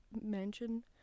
Mansion